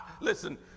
Listen